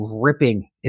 ripping